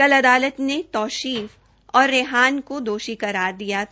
कल अदालत ने तौशीफ और रेहान का दोषी करार दिया था